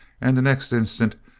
and the next instant,